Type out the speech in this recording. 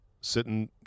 sitting